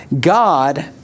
God